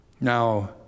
Now